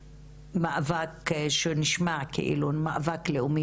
מאבק שנשמע כאילו הוא מאבק לאומי,